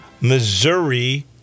Missouri